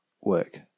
work